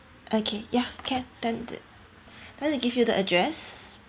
okay yeah can then that then to give you the address